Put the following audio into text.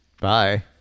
Bye